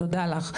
תודה לך,